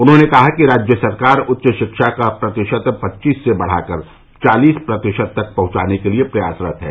उन्होंने कहा कि राज्य सरकार उच्च शिक्षा का प्रतिशत पच्चीस से बढ़ाकर चालीस प्रतिशत तक पहुंचाने के लिए प्रयासरत है